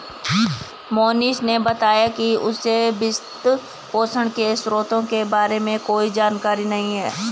मोहनीश ने बताया कि उसे वित्तपोषण के स्रोतों के बारे में कोई जानकारी नही है